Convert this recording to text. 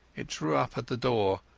it drew up at the door,